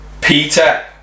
Peter